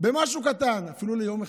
במשהו קטן, אפילו ליום אחד,